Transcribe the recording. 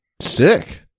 Sick